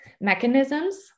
mechanisms